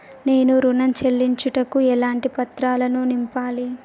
నేను ఋణం చెల్లించుటకు ఎలాంటి పత్రాలను నింపాలి?